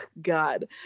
God